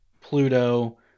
Pluto